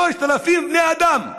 3,000 בני אדם.